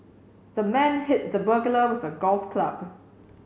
the man hit the burglar with a golf club